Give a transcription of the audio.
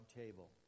table